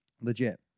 Legit